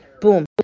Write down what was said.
boom